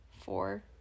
four